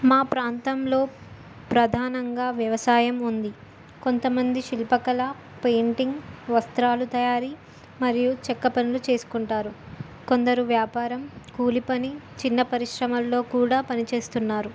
మా ప్రాంతంలో ప్రధానంగా వ్యవసాయం ఉంది కొంతమంది శిల్పకళ పెయింటింగ్ వస్త్రాలు తయారీ మరియు చెక్క పనులు చేసుకుంటారు కొందరు వ్యాపారం కూలి పని చిన్న పరిశ్రమల్లో కూడా పనిచేస్తున్నారు